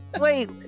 Wait